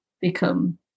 become